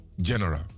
general